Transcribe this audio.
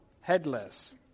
headless